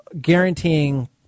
guaranteeing